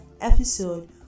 episode